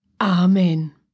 Amen